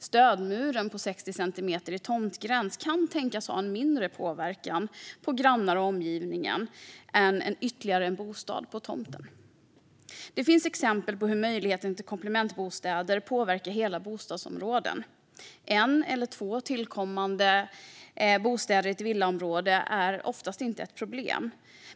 Stödmuren på 60 centimeter vid tomtgräns kan tänkas ha en mindre påverkan på grannar och omgivningen än vad ytterligare en bostad på tomten har. Det finns exempel på hur möjligheten till komplementbostäder påverkar hela bostadsområden. En eller två tillkommande bostäder i ett villaområde är oftast inte ett problem.